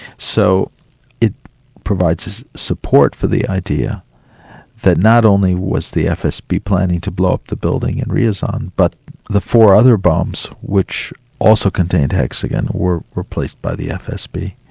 so it provides support for the idea that not only was the fsb planning to blow up the building in ryazan, but the four other bombs which also contained hexogen were were placed by the fsb,